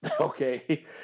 Okay